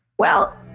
well,